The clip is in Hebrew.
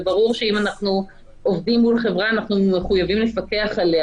זה ברור שאם אנחנו עובדים מול חברה אנחנו מחויבים לפקח עליה.